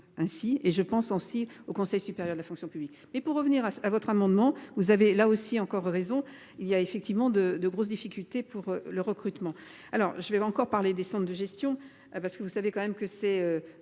ainsi et je pense aussi au Conseil supérieur de la fonction publique. Mais pour revenir à votre amendement. Vous avez là aussi encore raison il y a effectivement de, de grosses difficultés pour le recrutement. Alors je vais encore par les descentes de gestion. Ah parce que vous savez quand même que c'est